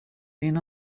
been